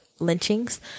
lynchings